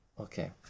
Okay